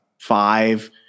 five